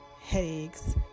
headaches